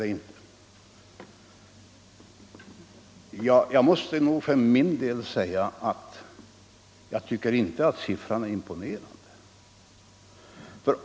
För min del måste jag säga att jag inte tycker den siffran är imponerande.